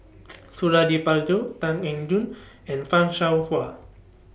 Suradi Parjo Tan Eng Joo and fan Shao Hua